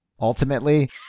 ultimately